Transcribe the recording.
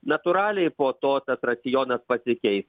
natūraliai po to tas racionas pasikeis